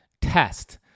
test